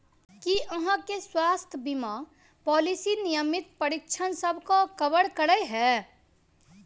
की अहाँ केँ स्वास्थ्य बीमा पॉलिसी नियमित परीक्षणसभ केँ कवर करे है?